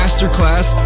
Masterclass